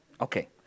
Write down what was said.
Okay